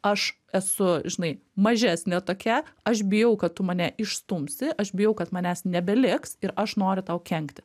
aš esu žinai mažesnė tokia aš bijau kad tu mane išstumsi aš bijau kad manęs nebeliks ir aš noriu tau kenkti